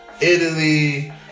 Italy